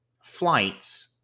flights